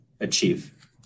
achieve